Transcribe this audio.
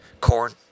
corn